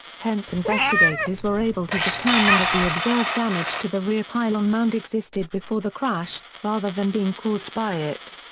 hence investigators were able to determine that the observed damage to the rear pylon mount existed before the crash, rather than being caused by it.